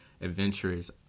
adventurous